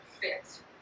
fit